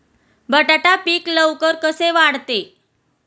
बटाटा पीक लवकर कसे वाढते?